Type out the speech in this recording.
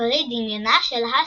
פרי דמיונה של הסופרת.